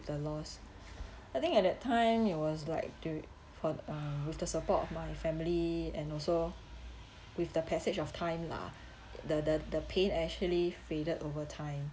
the loss I think at that time it was like to~ for uh with the support of my family and also with the passage of time lah the the the pain actually faded over time